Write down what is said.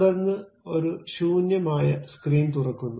തുടർന്ന് ഒരു ശൂന്യമായ സ്ക്രീൻ തുറക്കുന്നു